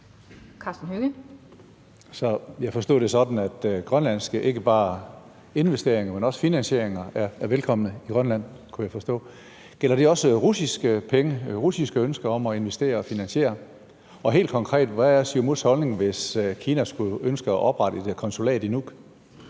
Jeg forstod det sådan, at ikke bare investeringer, men også finansieringer er velkomne i Grønland. Gælder det også russiske penge, altså russiske ønsker om at investere og finansiere i Grønland? Og helt konkret: Hvad er Siumuts holdning, hvis Kina skulle ønske at oprette et konsulat i Nuuk?